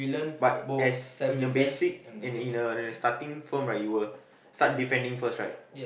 but as in the basic and in a starting form right you will start defending first right